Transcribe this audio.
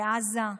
לעזה,